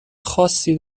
خاصی